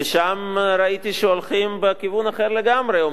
ושם ראיתי שהולכים בכיוון אחר לגמרי.